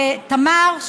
לתמר,